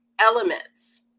elements